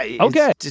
Okay